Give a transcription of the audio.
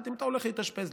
אם אתה הולך להתאשפז,